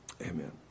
Amen